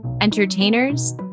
entertainers